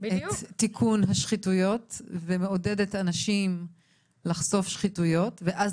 את תיקון השחיתויות ומעודדת אנשים לחשוף שחיתויות ואז